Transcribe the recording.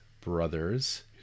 brothers